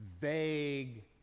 vague